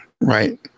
right